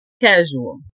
Casual